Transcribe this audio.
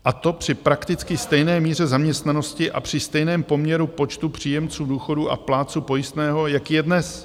A to při prakticky stejné míře zaměstnanosti a při stejném poměru počtu příjemců důchodů a plátců pojistného, jaký je dnes.